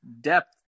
depth